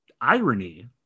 irony